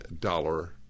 dollar